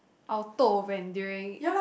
I will toh when during